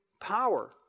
power